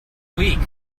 weak